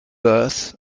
wrote